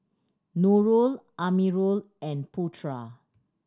Nurul Amirul and Putra